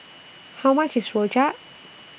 How much IS Rojak